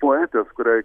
poetės kuriai